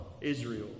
Israel